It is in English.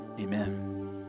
Amen